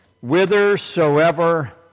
Whithersoever